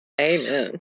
Amen